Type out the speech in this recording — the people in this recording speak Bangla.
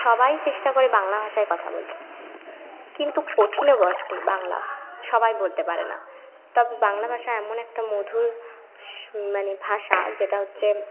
সবাই চেষ্টা করে বাংলা ভাষায় কথা বলতে কিন্তু কঠিনও বটে বাংলা সবাই বলতে পারে না তবে বাংলা ভাষা এমন একটা মধুর মানে ভাষা যেটা হচ্ছে